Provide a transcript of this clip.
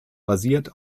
basiert